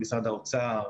למשרד האוצר,